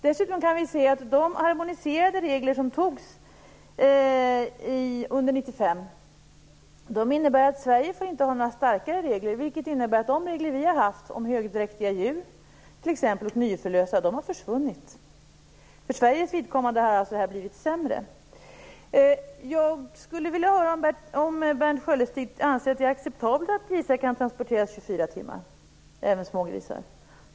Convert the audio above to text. Dessutom kan vi se att de harmoniserade regler som antogs under 1995 innebär att Sverige inte får ha några starkare regler. Det innebär i sin tur att de regler vi har haft om t.ex. högdräktiga och nyförlösta djur har försvunnit. För Sveriges vidkommande har det alltså blivit sämre. Jag skulle vilja höra om Berndt Sköldestig anser att det är acceptabelt att grisar kan transporteras 24 timmar, även smågrisar.